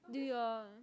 do your